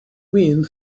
wind